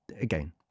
Again